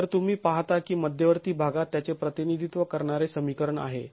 तर तुम्ही पाहता की मध्यवर्ती भागात त्याचे प्रतिनिधित्व करणारे समीकरण आहे